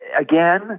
Again